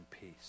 peace